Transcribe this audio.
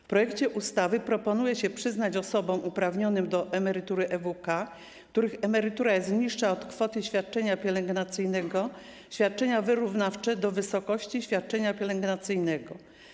W projekcie ustawy proponuje się przyznać osobom uprawnionym do emerytury EWK, których emerytura jest niższa od kwoty świadczenia pielęgnacyjnego, świadczenie wyrównawcze do wysokości świadczenia pielęgnacyjnego.